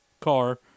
car